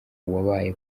wabaye